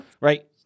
Right